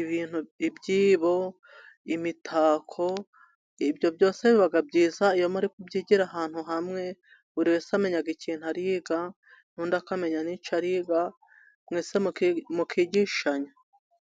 ibintu: ibyibo, imitako, ibyo byose biba byiza iyo ari ukubyigira ahantu hamwe buri wese amenya ikintu ariga, undi akamenya icyo ariga mwese mukigishanya.